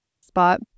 spot